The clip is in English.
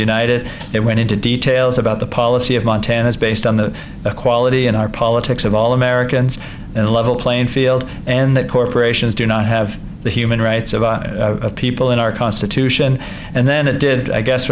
united it went into details about the policy montana's based on the equality in our politics of all americans a level playing field and that corporations do not have the human rights of people in our constitution and then did i guess